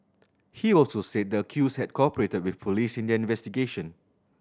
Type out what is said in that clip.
he also said the accused had cooperated with police in their investigation